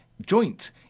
joint